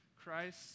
Christ